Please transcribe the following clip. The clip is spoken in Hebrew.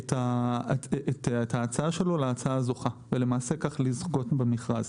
את ההצעה שלו להצעה הזוכה ולמעשה כך לזכות במכרז.